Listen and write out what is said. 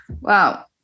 Wow